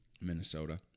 Minnesota